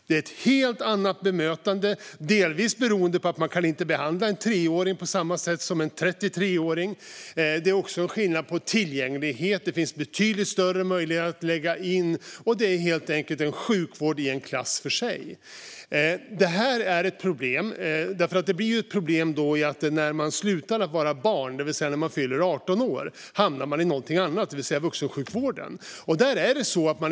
Det är ett helt annat bemötande, delvis beroende på att man inte kan behandla en 3-åring på samma sätt som en 33-åring. Det är också skillnad i tillgänglighet. Det finns betydligt större möjligheter att lägga in. Det är helt enkelt en sjukvård i en klass för sig. Detta blir ett problem när man slutar att vara barn, det vill säga när man fyller 18 år, och då hamnar i någonting annat, det vill säga vuxensjukvården.